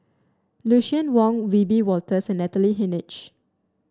Lucien Wang Wiebe Wolters and Natalie Hennedige